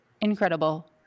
incredible